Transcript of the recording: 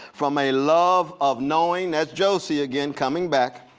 from a love of knowing. that's josie again, coming back.